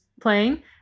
playing